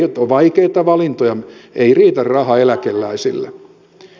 on vaikeita valintoja ei riitä raha eläkeläisille